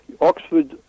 Oxford